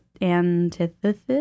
antithesis